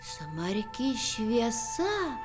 smarki šviesa